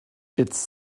its